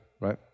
right